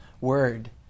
word